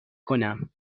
کنم